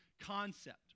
concept